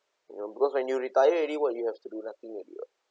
you know because when you retire already what you have to do nothing